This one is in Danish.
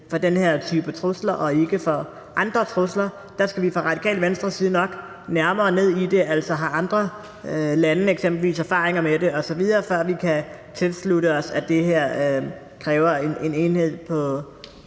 for den her type trusler og ikke for andre trusler, skal vi fra Radikale Venstres side nok nærmere ned i, altså vide, om andre lande eksempelvis har erfaringer med det osv., før vi kan tilslutte os, at det her kræver en enhed,